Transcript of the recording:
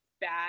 bad